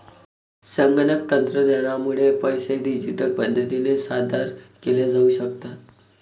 संगणक तंत्रज्ञानामुळे पैसे डिजिटल पद्धतीने सादर केले जाऊ शकतात